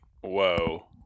whoa